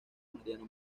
mariano